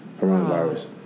coronavirus